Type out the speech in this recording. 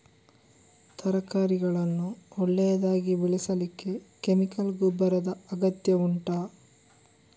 ತರಕಾರಿಗಳನ್ನು ಒಳ್ಳೆಯದಾಗಿ ಬೆಳೆಸಲಿಕ್ಕೆ ಕೆಮಿಕಲ್ ಗೊಬ್ಬರದ ಅಗತ್ಯ ಉಂಟಾ